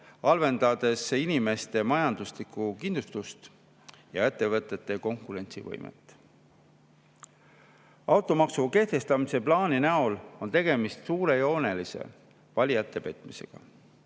sellega inimeste majanduslikku kindlustatust ja ettevõtete konkurentsivõimet. Automaksu kehtestamise plaani näol on tegemist suurejoonelise valijate petmisega,